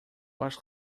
баш